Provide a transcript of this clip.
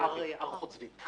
מהר חוצבים.